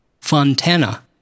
Fontana